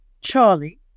Charlie